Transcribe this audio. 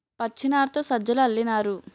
పచ్చినారతో సజ్జలు అల్లినారు